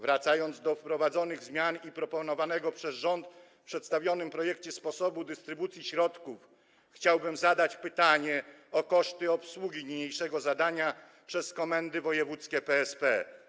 Wracając do wprowadzonych zmian i proponowanego przez rząd w przedstawionym projekcie sposobu dystrybucji środków, chciałbym zadać pytanie o koszty obsługi niniejszego zadania przez komendy wojewódzkie PSP.